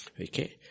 Okay